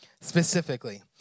specifically